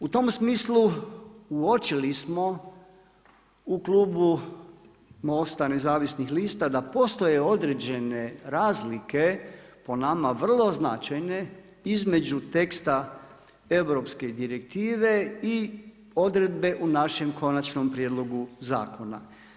U tom smislu uočili smo u klubu MOST-a nezavisnih lista da postoje određene razlike po nama vrlo značajne između teksta europske direktive i odredbe u našem konačnom prijedlogu zakona.